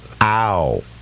Ow